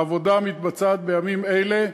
העבודה מתבצעת בימים אלה.